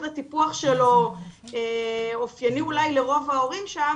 הטיפוח שלו אופייני אולי לרוב ההורים שם,